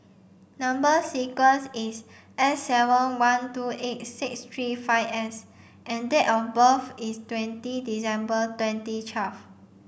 number sequence is S seven one two eight six three five S and date of birth is twenty December twenty twelve